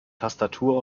tastatur